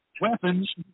weapons